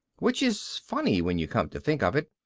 which is funny when you come to think of it,